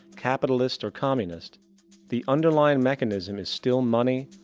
capitalist or communist the underlying mechanism is still money,